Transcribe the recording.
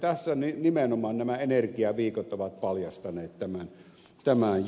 tässä nimenomaan nämä energiaviikot ovat paljastaneet tämän jujun